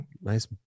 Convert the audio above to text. Nice